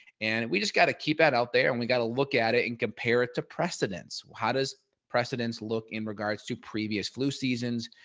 and we just got to keep that out there and we got to look at it and compare it to precedents. how does precedents look in regards to previous flu seasons?